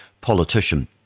politician